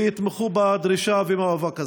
ויתמכו בדרישה ובמאבק הזה.